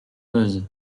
meuse